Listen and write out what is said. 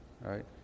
right